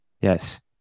Yes